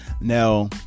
Now